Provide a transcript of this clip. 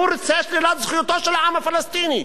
הוא רוצה שלילת זכויותיו של העם הפלסטיני,